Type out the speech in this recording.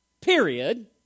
period